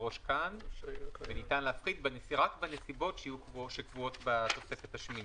וניתן להפחית רק בנסיבות שקבועות בתוספת השמינית.